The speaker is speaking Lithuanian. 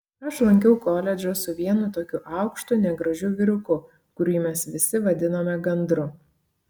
aš lankiau koledžą su vienu tokiu aukštu negražiu vyruku kurį mes visi vadinome gandru